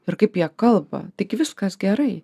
ir kaip jie kalba tigi viskas gerai